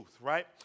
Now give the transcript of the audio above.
right